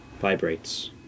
vibrates